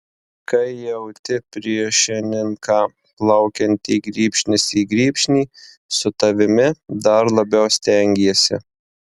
kai jauti priešininką plaukiantį grybšnis į grybšnį su tavimi dar labiau stengiesi